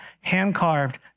hand-carved